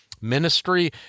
Ministry